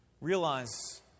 realize